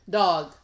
dog